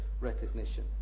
recognition